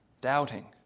doubting